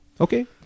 Okay